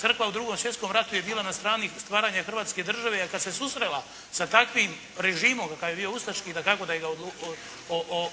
Crkva u drugom svjetskom ratu je bila na strani stvaranja Hrvatske države, a kad se susrela sa takvim režimom kakav je bio ustaški, dakako da ga je